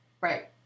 Right